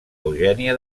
eugènia